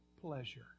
pleasure